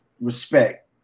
respect